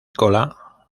cola